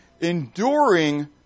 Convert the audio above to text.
enduring